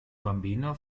bambino